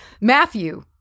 Matthew